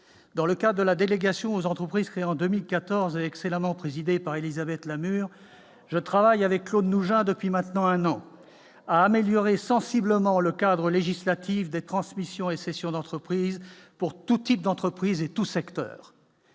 dans le cas de la délégation aux entreprises créées en 2014 excellemment présidé par Élisabeth Lamure je travaille avec Claude nous depuis maintenant un an, à améliorer sensiblement le cadre législatif des transmissions et cessions d'entreprises pour tout type d'entreprise et tous secteurs,